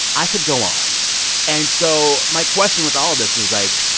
i could go on and so my question with all of this was, like,